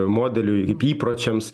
modeliui įp įpročiams